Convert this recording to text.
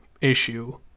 issue